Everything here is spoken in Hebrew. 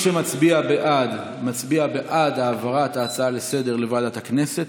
מי שמצביע בעד מצביע בעד העברת ההצעה לסדר-היום לוועדת הכנסת.